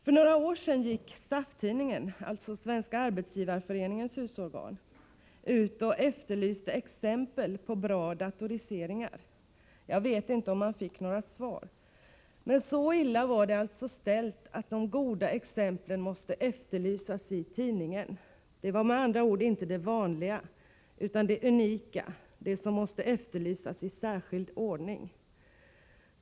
För några år sedan gick SAF-tidningen — alltså Svenska arbetsgivareföreningens husorgan — ut och efterlyste exempel på bra datoriseringar. Jag vet inte om man fick några svar. Men så illa var det alltså ställt, att de goda exemplen måste efterlysas i tidningen. Det var med andra ord inte det vanliga, utan det unika, det som måste efterlysas i särskild ordning.